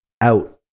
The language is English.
out